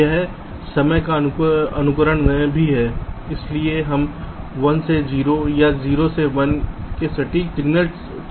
यह समय का अनुकरण भी है लेकिन हम 1 से 0 या 0 से 1 से सटीक संकेत संक्रमण नहीं दिखा रहे हैं